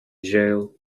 jail